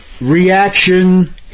reaction